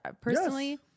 personally